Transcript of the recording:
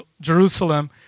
Jerusalem